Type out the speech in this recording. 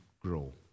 grow